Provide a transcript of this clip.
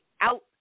out